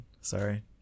Sorry